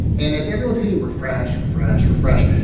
and as everyone's hitting refresh, refresh, refresh,